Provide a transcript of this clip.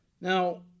Now